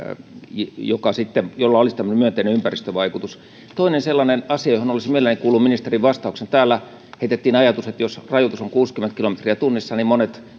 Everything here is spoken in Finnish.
jolla olisi tämmöinen myönteinen ympäristövaikutus toinen sellainen asia johon olisin mielelläni kuullut ministerin vastauksen täällä heitettiin ajatus että jos rajoitus on kuusikymmentä kilometriä tunnissa niin monet